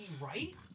right